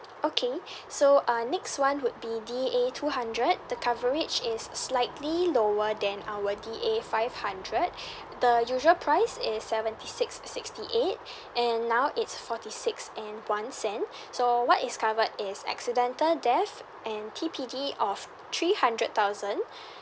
okay so uh next one would be D A two hundred the coverage is slightly lower than our D A five hundred the usual price is seventy six sixty eight and now it's forty six and one cent so what is covered is accidental death and T_P_D of three hundred thousand